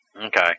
Okay